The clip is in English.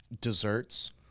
Desserts